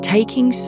Taking